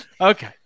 Okay